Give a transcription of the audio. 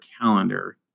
calendar